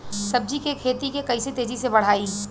सब्जी के खेती के कइसे तेजी से बढ़ाई?